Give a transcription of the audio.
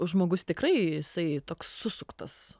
žmogus tikrai jisai toks susuktas